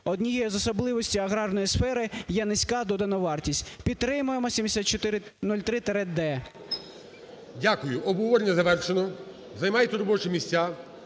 однією з особливостей аграрної сфери є низька додана вартість. Підтримаємо 7403-д. ГОЛОВУЮЧИЙ. Дякую. Обговорення завершено. Займайте робочі місця.